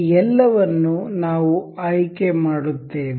ಈ ಎಲ್ಲವನ್ನು ನಾವು ಆಯ್ಕೆ ಮಾಡುತ್ತೇವೆ